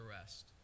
rest